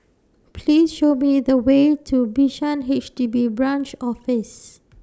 Please Show Me The Way to Bishan H D B Branch Office